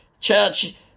church